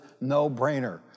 no-brainer